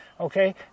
okay